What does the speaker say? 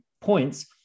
points